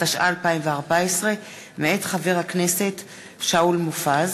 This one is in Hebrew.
התשע"ה 2014, מאת חבר הכנסת שאול מופז,